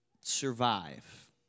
survive